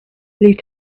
you